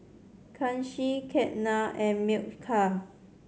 Kanshi Ketna and Milkha